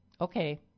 Okay